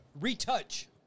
retouch